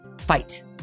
fight